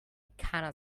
cannot